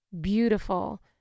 beautiful